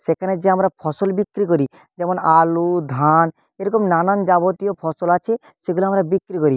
সেখানে যে আমরা ফসল বিক্রি করি যেমন আলু ধান এরকম নানান যাবতীয় ফসল আছে সেগুলো আমরা বিক্রি করি